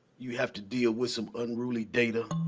you have to deal with some unruly data